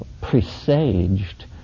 presaged